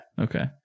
Okay